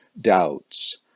doubts